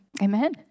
Amen